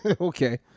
Okay